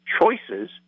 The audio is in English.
choices